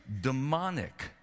demonic